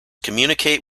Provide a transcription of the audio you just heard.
communicate